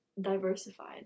diversified